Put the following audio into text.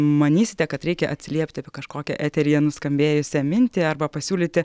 manysite kad reikia atsiliepti apie kažkokią eteryje nuskambėjusią mintį arba pasiūlyti